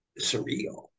surreal